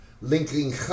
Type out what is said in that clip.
linking